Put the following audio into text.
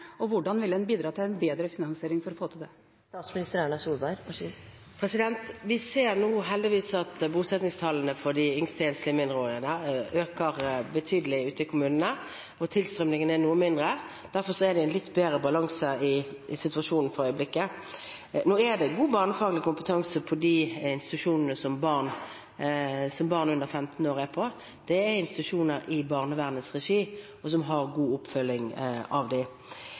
og hvordan vil en bidra til en bedre finansiering for å få til det? Vi ser nå heldigvis at bosettingstallene for de yngste enslige mindreårige øker betydelig ute i kommunene, og tilstrømningen er noe mindre. Derfor er det en litt bedre balanse i situasjonen for øyeblikket. Det er god barnefaglig kompetanse på de institusjonene som barn under 15 år er på. Det er institusjoner i barnevernets regi, og som har god oppfølging av